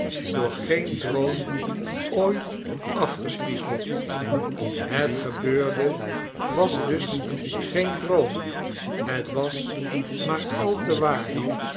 door geen droom ooit afgespiegeld het gebeurde was dus geen droom het was maar al te waar